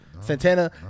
Santana